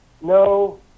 no